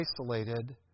isolated